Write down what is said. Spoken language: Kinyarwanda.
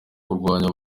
kurwanya